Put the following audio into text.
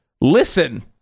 listen